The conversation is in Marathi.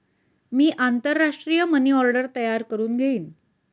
मी आंतरराष्ट्रीय मनी ऑर्डर तयार करुन घेईन